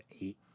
eight